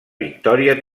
victòria